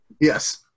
Yes